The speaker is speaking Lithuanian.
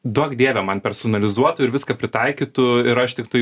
duok dieve man personalizuotų ir viską pritaikytų ir aš tiktai